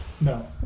No